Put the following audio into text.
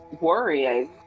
worrying